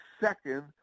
second